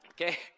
Okay